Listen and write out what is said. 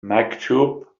maktub